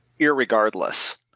Irregardless